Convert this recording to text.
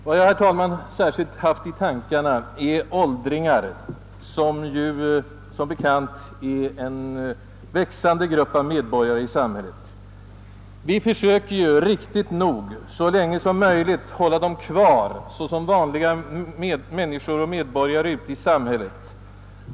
Vad jag, herr talman, särskilt haft i tankarna är åldringarna, vilka som be kant utgör en växande grupp medborgare i samhället. Vi försöker, riktigt nog, så länge som möjligt hålla dem kvar som vanliga medborgare ute i samhället.